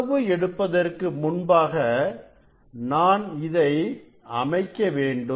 அளவு எடுப்பதற்கு முன்பாக நான் இதை அமைக்க வேண்டும்